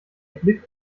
blick